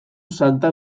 santa